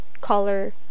color